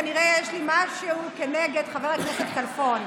כנראה יש לי משהו כנגד חבר הכנסת כלפון.